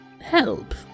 help